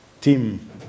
Tim